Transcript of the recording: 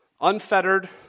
unfettered